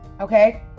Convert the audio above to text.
Okay